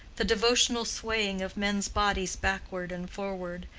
the devotional swaying of men's bodies backward and forward,